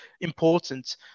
important